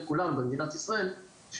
של כולם במדינת ישראל,